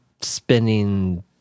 spending